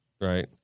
right